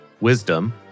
wisdom